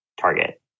target